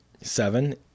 Seven